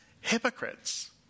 hypocrites